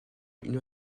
une